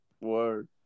Word